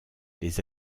les